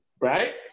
Right